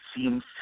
seems